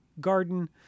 garden